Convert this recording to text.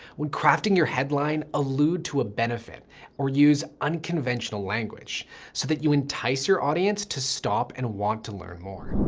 when crafting your headline, allude to a benefit or use unconventional language so that you entice your audience to stop and want to learn more.